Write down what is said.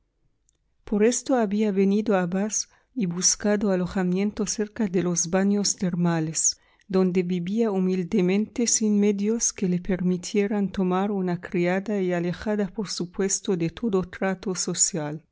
por esto había venido a bath y buscado alojamiento cerca de los baños termales donde vivía humildemente sin medios que le permitieran tomar una criada y alejada por supuesto de todo trato social